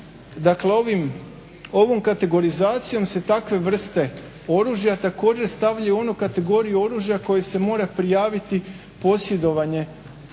Dakle, ovom kategorizacijom se takve vrste oružja također stavljaju u onu kategoriju oružja koje se mora prijaviti, posjedovanje